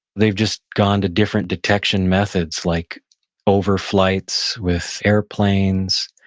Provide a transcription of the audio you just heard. they've just gone to different detection methods like overflights with airplanes,